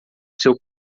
seu